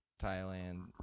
thailand